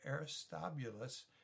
Aristobulus